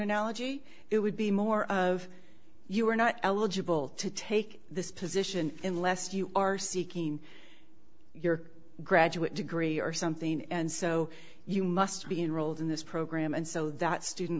analogy it would be more of you are not eligible to take this position unless you are seeking your graduate degree or something and so you must be enrolled in this program and so that student